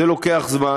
זה לוקח זמן.